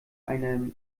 einer